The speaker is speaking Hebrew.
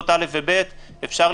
ואז